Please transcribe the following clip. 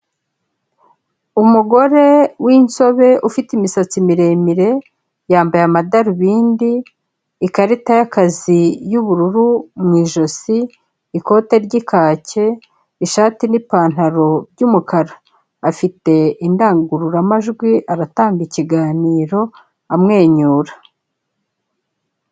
Umugore w'inzobe ufite imisatsi miremire, yambaye amadarubindi, ikarita y'akazi y'ubururu mu ijosi, ikote ry'ikake, ishati n'ipantaro by'umukara, afite indangururamajwi aratanga ikiganiro amwenyura.